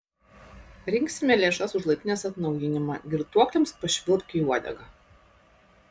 rinksime lėšas už laiptinės atnaujinimą girtuokliams pašvilpk į uodegą